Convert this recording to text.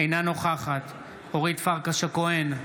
אינה נוכחת אורית פרקש הכהן,